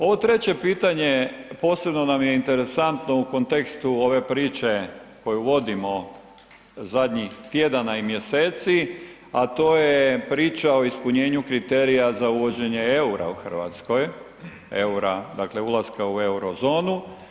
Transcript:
Ovo treće pitanje posebno nam je interesantno u kontekstu ove priče koju vodimo zadnjih tjedana i mjeseci, a to je priča o ispunjenju kriterija za uvođenje eura u Hrvatskoj, eura, dakle ulaska u Eurozonu.